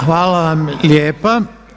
Hvala vam lijepa.